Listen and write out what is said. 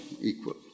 equal